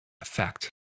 effect